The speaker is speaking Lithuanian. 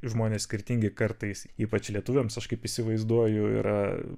žmonės skirtingi kartais ypač lietuviams aš kaip įsivaizduoju yra